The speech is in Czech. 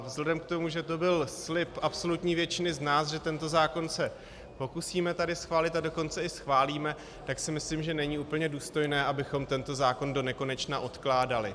Vzhledem k tomu, že to byl slib absolutní většiny z nás, že tento zákon se pokusíme tady schválit, a dokonce i schválíme, tak si myslím, že není úplně důstojné, abychom tento zákon donekonečna odkládali.